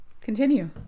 Continue